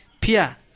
Pia